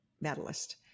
medalist